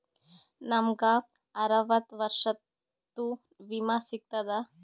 ನಮ್ ಗ ಅರವತ್ತ ವರ್ಷಾತು ವಿಮಾ ಸಿಗ್ತದಾ?